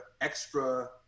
extra